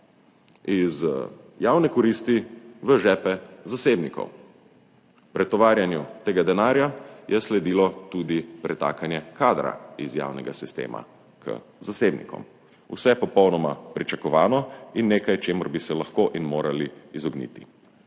iz javne koristi v žepe zasebnikov. Pretovarjanju tega denarja je sledilo tudi pretakanje kadra iz javnega sistema k zasebnikom, vse popolnoma pričakovano in nekaj, čemur bi se lahko in morali izogniti.